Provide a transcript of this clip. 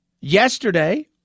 Yesterday